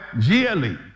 yearly